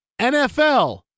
NFL